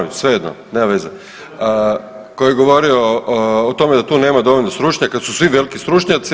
Svejedno, nema veze koji je govorio o tome da tu nema dovoljno stručnjaka, kad su svi veliki stručnjaci.